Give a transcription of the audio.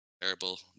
terrible